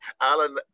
Alan